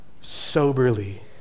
soberly